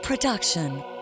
Production